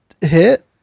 hit